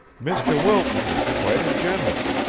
mr. wilton is quite a general.